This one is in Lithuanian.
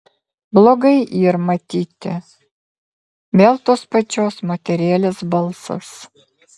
blogai yr matyti vėl tos pačios moterėlės balsas